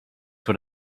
what